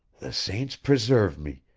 the saints preserve me,